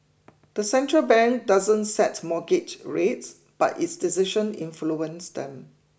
the central bank doesn't set mortgage rates but its decision influence them